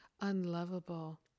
unlovable